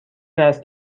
است